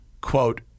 quote